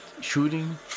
shooting